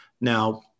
now